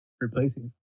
replacing